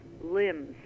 limbs